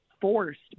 forced